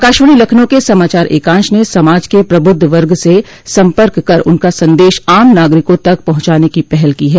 आकाशवाणी लखनऊ के समाचार एकांश ने समाज के प्रबुद्ध वर्ग से सम्पर्क कर उनका सन्देश आम नागरिकों तक पहचाने की पहल की है